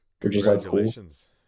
congratulations